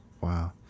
Wow